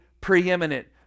preeminent